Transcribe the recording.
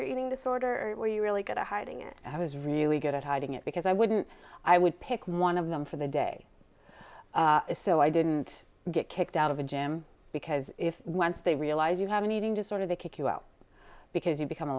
your eating disorder or are you really good at hiding it and i was really good at hiding it because i wouldn't i would pick one of them for the day is so i didn't get kicked out of a gym because if once they realize you have an eating disorder they kick you out because you become a